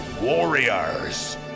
warriors